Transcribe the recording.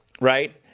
right